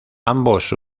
ambos